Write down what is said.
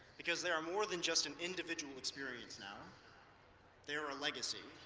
because they are more than just an individual experience now they are a legacy.